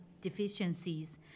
deficiencies